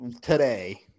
today